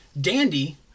Dandy